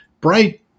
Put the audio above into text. bright